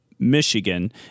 michigan